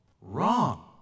wrong